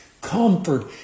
comfort